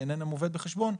שאיננה מובאת בחשבון,